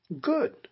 good